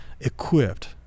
equipped